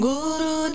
Guru